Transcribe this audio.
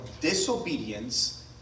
disobedience